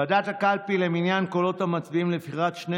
ועדת הקלפי למניין קולות המצביעים לבחירת שני